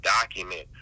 document